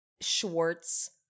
Schwartz